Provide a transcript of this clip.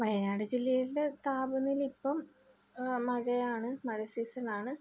വയനാട് ജില്ലയില്ലെ താപനിലയിപ്പം മഴയാണ് മഴ സീസൺ ആണ്